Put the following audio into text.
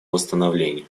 восстановлению